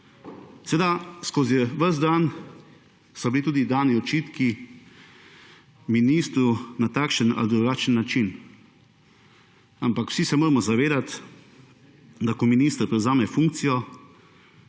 lahka. Skozi ves dan so bili tudi dani očitki ministru na takšen ali drugačen način. Ampak vsi se moramo zavedati, da ko minister prevzame funkcijo,